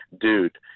dude